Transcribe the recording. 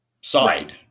side